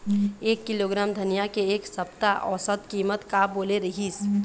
एक किलोग्राम धनिया के एक सप्ता औसत कीमत का बोले रीहिस?